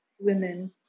women